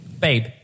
babe